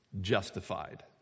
justified